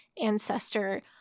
ancestor